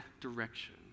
direction